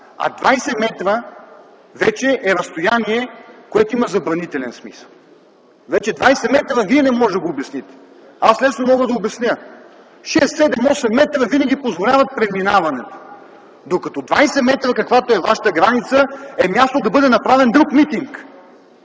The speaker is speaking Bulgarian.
а 20 метра вече е разстояние, което има забранителен смисъл. Разстояние от 20 метра Вие не може да обясните. Аз лесно мога да обясня – 6, 7, 8 метра винаги позволяват преминаване, докато 20 метра, каквато е вашата граница, е място да бъде направен друг митинг